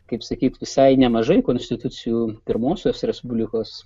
kaip sakyti visai nemažai konstitucijų pirmosios respublikos